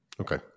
Okay